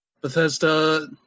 Bethesda